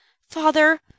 Father